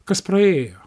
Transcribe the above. kas praėjo